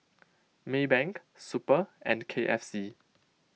Maybank Super and K F C